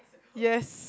yes